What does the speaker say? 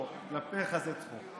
לא, כלפיך זה צחוק.